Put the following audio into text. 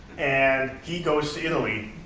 and he goes to italy.